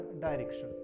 direction